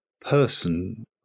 person